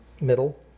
middle